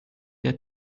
der